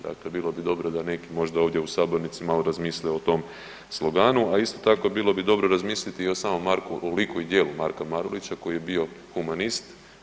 Dakle, bilo bi dobro da neki možda ovdje u sabornici razmisle o tom sloganu, a isto tako bilo bi dobro razmisliti i o samom Marku, o liku i djelu Marka Marulića koji je bio humanist.